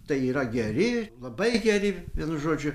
tai yra geri labai geri vienu žodžiu